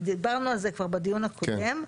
ודיברנו על זה כבר בדיון הקודם,